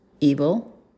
evil